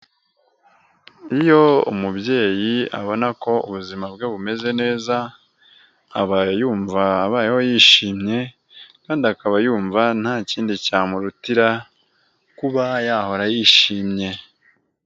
Iyo umubyeyi abona ko ubuzima bwe bumeze neza, aba yumva abayeho yishimye, kandi akaba yumva ntakindi cyamurutira kuba yahora yishimye.